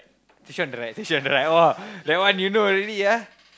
on the right on the right !wah! that one you know already ah